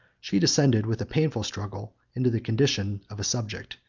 she descended with a painful struggle into the condition of a subject,